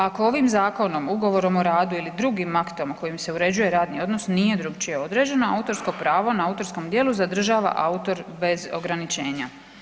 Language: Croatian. Ako ovim zakonom, ugovorom o radu ili drugim aktom kojim se uređuje radni odnos nije drukčije određeno, autorsko pravo na autorskom djelu zadržava autor bez ograničenja.